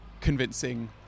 convincing